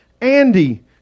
Andy